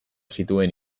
zituen